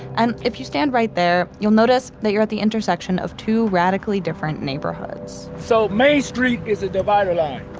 and if you stand right there, you'll notice that you're at the intersection of two radically different neighborhoods so main street is the divider line.